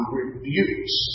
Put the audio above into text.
rebukes